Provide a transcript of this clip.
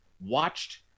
watched